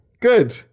Good